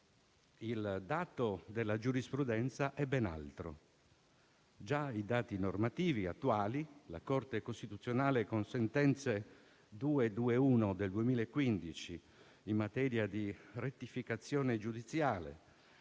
Il dato della giurisprudenza è ben altro. Già i dati normativi attuali, la Corte costituzionale con sentenza n. 221 del 2015 in materia di rettificazione giudiziale